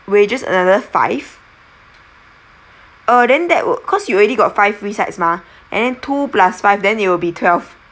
wedges another five uh then that will cause you already got five free sides mah and then two plus five then it will be twelve